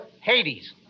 Hades